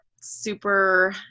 super